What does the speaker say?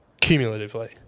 Cumulatively